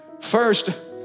first